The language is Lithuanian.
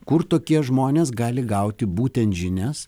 kur tokie žmonės gali gauti būtent žinias